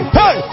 hey